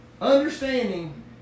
Understanding